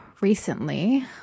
recently